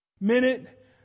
minute